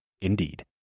Indeed